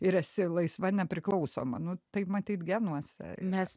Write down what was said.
ir esi laisva nepriklausoma nu tai matyt genuose nes